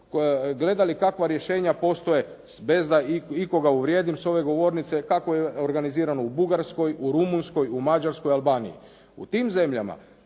gledali kakva rješenja postoje bez da ikoga uvrijedim s ove govornice, kako je organizirano u Bugarskoj, u Rumunjskoj, u Mađarskoj i u Albaniji. U tim zemljama